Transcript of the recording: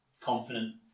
confident